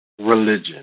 Religion